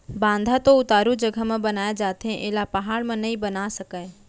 बांधा तो उतारू जघा म बनाए जाथे एला पहाड़ म नइ बना सकय